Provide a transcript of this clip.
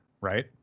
right